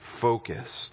focused